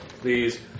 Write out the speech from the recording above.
Please